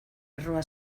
erroa